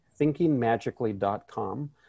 thinkingmagically.com